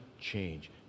change